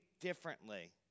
differently